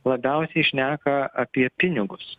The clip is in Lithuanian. labiausiai šneka apie pinigus